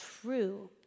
true